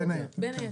בין היתר.